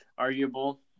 Arguable